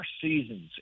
seasons